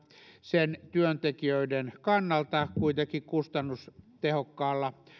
sen työntekijöiden kannalta kuitenkin kustannustehokkaalla